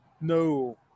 no